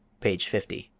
page fifty.